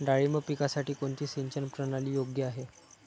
डाळिंब पिकासाठी कोणती सिंचन प्रणाली योग्य आहे?